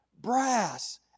brass